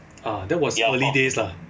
uh that was early days lah